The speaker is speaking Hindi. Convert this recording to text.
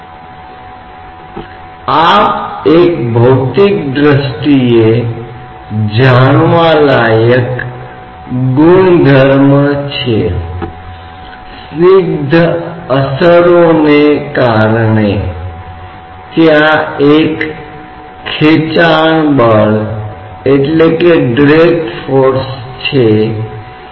तो कुल निकाय बल क्या होगा जो इस पर x के साथ कार्य कर रहा है सबसे पहले आपको यह पता लगाना होगा कि द्रव तत्व का द्रव्यमान क्या है यह घनत्व बार तत्व का आयतन है इसलिए यह द्रव तत्व का वह द्रव्यमान है जो निकाय बल प्रति इकाई द्रव्यमान को गुणा करता है और x के साथ कुल निकाय बल देता है